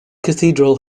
cathedral